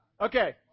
Okay